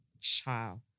child